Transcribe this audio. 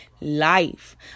life